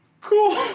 Cool